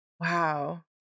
wow